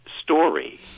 story